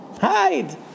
Hide